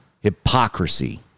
hypocrisy